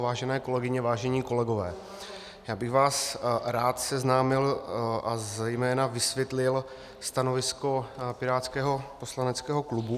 Vážené kolegyně, vážení kolegové, rád bych vás seznámil a zejména vysvětlil stanovisko pirátského poslaneckého klubu.